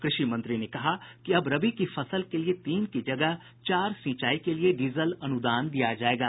कृषि मंत्री ने कहा कि अब रबी की फसल के लिए तीन की जगह चार सिंचाई के लिए डीजल अनुदान दिया जायेगा